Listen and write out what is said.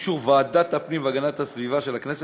ובאישור ועדת הפנים והגנת הסביבה של הכנסת,